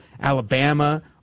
Alabama